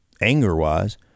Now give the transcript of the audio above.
anger-wise